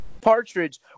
partridge